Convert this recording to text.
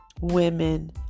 women